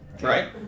Right